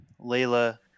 Layla